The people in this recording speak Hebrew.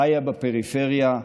חיה בפריפריה,